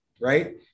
right